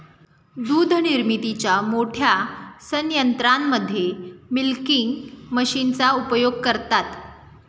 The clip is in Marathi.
दूध निर्मितीच्या मोठ्या संयंत्रांमध्ये मिल्किंग मशीनचा उपयोग करतात